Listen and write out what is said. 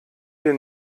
wir